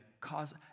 cause